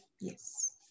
yes